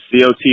COT